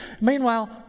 Meanwhile